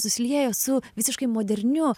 susilieja su visiškai moderniu